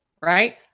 right